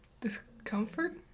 Discomfort